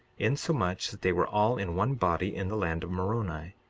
insomuch that they were all in one body in the land of moroni.